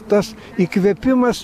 tas įkvėpimas